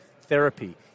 therapy